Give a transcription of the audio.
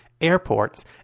airports